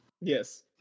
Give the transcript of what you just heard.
yes